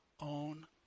own